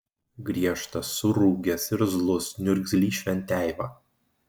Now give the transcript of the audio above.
griežtas surūgęs irzlus niurgzlys šventeiva